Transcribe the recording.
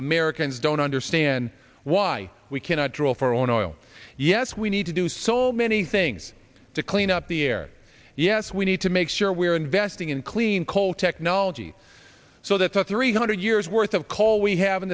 americans don't understand why we cannot drill for oil in oil yes we need to do so many things to clean up the air yes we need to make sure we are investing in clean coal technology so that the three hundred years worth of coal we have in